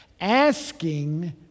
asking